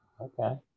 Okay